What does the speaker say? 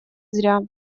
зря